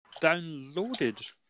downloaded